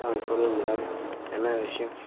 ஆ சொல்லுங்கள் மேடம் என்ன விஷயம்